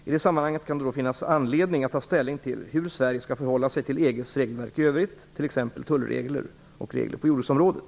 I det sammanhanget kan det finnas anledning att ta ställning till hur Sverige skall förhålla sig till EG:s regelverk i övrigt, t.ex. tullregler och regler på jordbruksområdet.